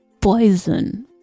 poison